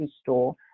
store